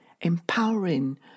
Empowering